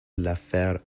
l’affaire